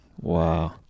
Wow